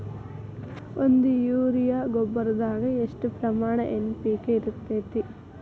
ಒಂದು ಯೂರಿಯಾ ಗೊಬ್ಬರದಾಗ್ ಎಷ್ಟ ಪ್ರಮಾಣ ಎನ್.ಪಿ.ಕೆ ಇರತೇತಿ?